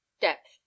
depth